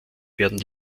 werden